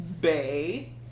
Bay